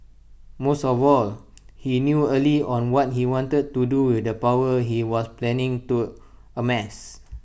most of all he knew early on what he wanted to do with the power he was planning to amass